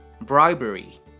bribery